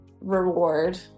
reward